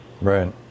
Right